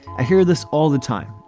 i hear this all the time.